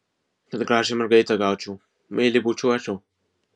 kad gražią mergaitę gaučiau meiliai bučiuočiau